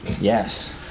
Yes